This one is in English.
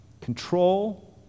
control